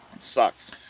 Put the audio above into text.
Sucks